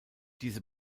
diese